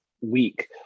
week